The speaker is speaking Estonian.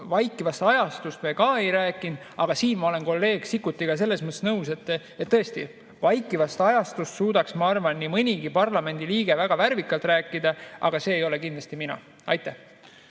Vaikivast ajastust me ka ei rääkinud, aga ma olen kolleeg Sikkutiga selles mõttes nõus, et tõesti, vaikivast ajastust suudaks, ma arvan, nii mõnigi parlamendiliige väga värvikalt rääkida, aga see ei ole kindlasti mina. Nii,